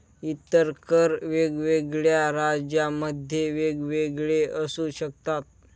इतर कर वेगवेगळ्या राज्यांमध्ये वेगवेगळे असू शकतात